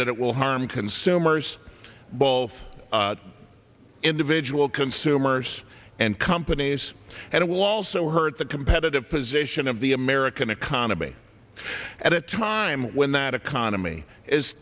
that it will harm consumers ball individual consumers and companies and it will also hurt the competitive position of the american anomie at a time when that economy is